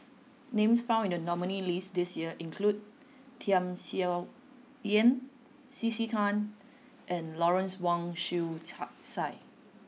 names found in the nominees' list this year include Tham Sien Yen C C Tan and Lawrence Wong Shyun Tsai